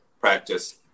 Practice